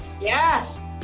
Yes